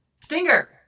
Stinger